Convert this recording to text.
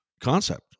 concept